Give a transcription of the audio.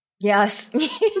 Yes